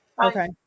Okay